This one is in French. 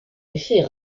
effet